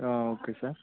okay sir